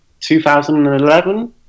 2011